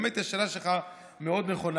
האמת היא, השאלה שלך מאוד נכונה,